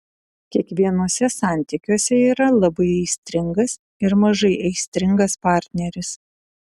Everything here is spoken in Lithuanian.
kiekvienuose santykiuose yra labai aistringas ir mažai aistringas partneris